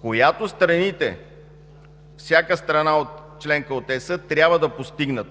която всяка страна-членка от Европейския съюз трябва да постигне,